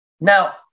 Now